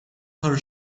her